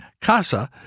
CASA